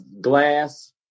glass